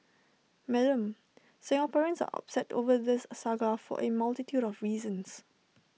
Madam Singaporeans are upset over this saga for A multitude of reasons